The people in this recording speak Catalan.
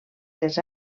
les